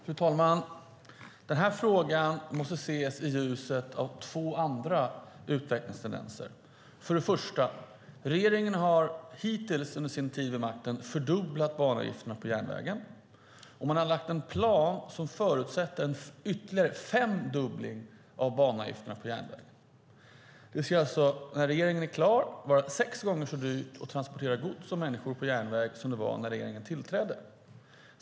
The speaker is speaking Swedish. Fru talman! Den här frågan måste ses i ljuset av två andra utvecklingstendenser. Regeringen har hittills under sin tid vid makten fördubblat banavgifterna på järnvägen. Man har lagt fram en plan som förutsätter en ytterligare femdubbling av banavgifterna på järnväg. När regeringen är klar är det alltså sex gånger så dyrt att transportera gods och människor på järnväg som det var när regeringen tillträdde.